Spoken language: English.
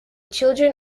children